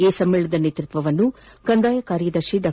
ಈ ಸಮ್ಮೇಳನದ ನೇತ್ಪತ್ಸವನ್ನು ಕಂದಾಯ ಕಾರ್ಯದರ್ಶಿ ಡಾ